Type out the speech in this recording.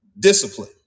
Discipline